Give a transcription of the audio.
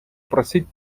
просить